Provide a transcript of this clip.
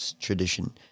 tradition